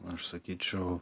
aš sakyčiau